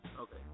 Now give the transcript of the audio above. Okay